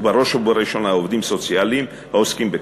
ובראש ובראשונה, עובדים סוציאליים העוסקים בכך.